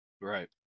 Right